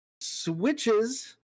switches